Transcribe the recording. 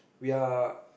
we are